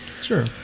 Sure